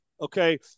Okay